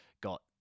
got